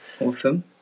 Awesome